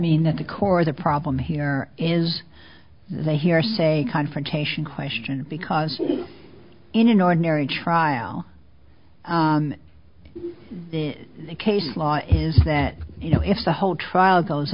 means at the core of the problem here is the hearsay confrontation question because in an ordinary trial the case law is that you know if the whole trial goes